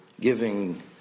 giving